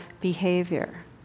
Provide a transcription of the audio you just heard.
behavior